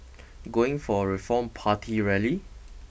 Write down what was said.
going for a Reform Party rally